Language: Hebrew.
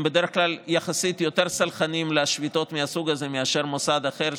הם בדרך כלל יחסית יותר סלחנים לשביתות מהסוג הזה מאשר מוסד אחר,